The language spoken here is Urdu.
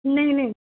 نہیں نہیں